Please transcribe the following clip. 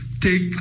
take